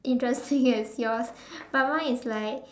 interesting as yours but mine is like